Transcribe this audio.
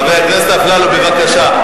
חבר הכנסת אפללו, בבקשה.